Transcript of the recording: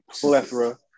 plethora